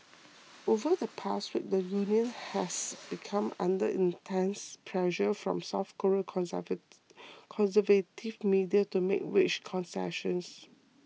over the past week the union has become under intense pressure from South Korean conservative media to make wage concessions